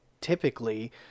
typically